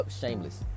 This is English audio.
Shameless